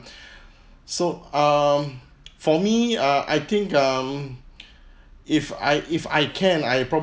so um for me uh I think um if I if I can I